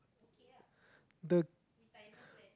the